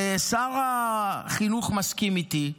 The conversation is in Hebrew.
ושר החינוך מסכים איתי.